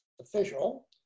official